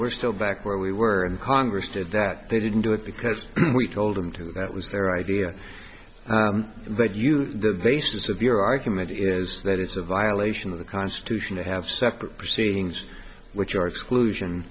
we're still back where we were and congress did that they didn't do it because we told them to that was their idea but you know the basis of your argument is that it's a violation of the constitution to have separate proceedings which are exclusion